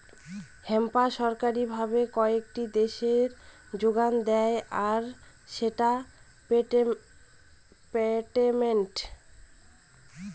hemp সরকারি ভাবে কয়েকটি দেশে যোগান দেয় আর সেটা পেটেন্টেড